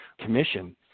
commission